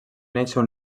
néixer